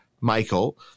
Michael